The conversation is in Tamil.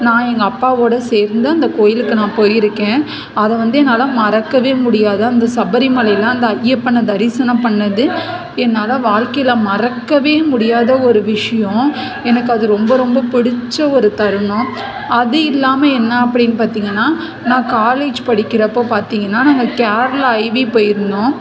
நான் எங்கள் அப்பாவோட சேர்ந்து அந்த கோயிலுக்கு நான் போயிருக்கேன் அதை வந்து என்னால் மறக்கவே முடியாது அந்த சபரிமலையில அந்த ஐயப்பனை தரிசனம் பண்ணது என்னால் வாழ்க்கைல மறக்கவே முடியாத ஒரு விஷயம் எனக்கு அது ரொம்ப ரொம்ப பிடிச்ச ஒரு தருணம் அது இல்லாமல் என்ன அப்படின்னு பார்த்திங்கன்னா நான் காலேஜ் படிக்கிறப்போ பார்த்திங்கன்னா நாங்கள் கேரளா ஐவி போயிருந்தோம்